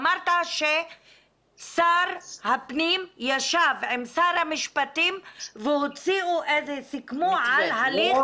אמרת ששר הפנים ישב עם שר המשפטים וסיכמו על הליך או מתווה.